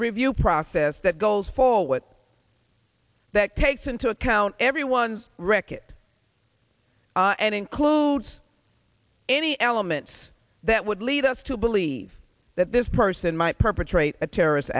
review process that goes forward that takes into account everyone's reckitt and includes any elements that would lead us to believe that this person might perpetrate a terrorist